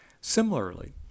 Similarly